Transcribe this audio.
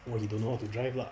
or he don't know how to drive lah